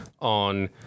on